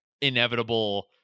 inevitable